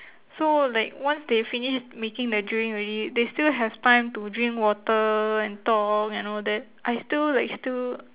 so like once they finish making the drink already they still have time to drink water and talk and all that I still like still